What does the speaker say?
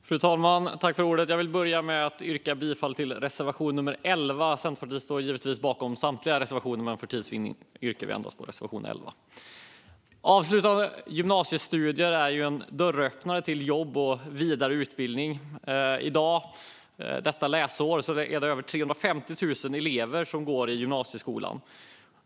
Fru talman! Jag vill börja med att yrka bifall till reservation 11. Centerpartiet står givetvis bakom samtliga av sina reservationer, men för tids vinnande yrkar jag bifall endast till reservation 11. Avslutade gymnasiestudier är en dörröppnare till jobb och vidare utbildning. Detta läsår går över 350 000 elever i gymnasieskolan.